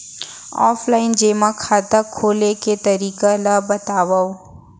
Offline जेमा खाता खोले के तरीका ल बतावव?